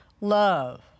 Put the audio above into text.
love